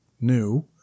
new